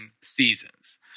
seasons